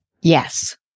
Yes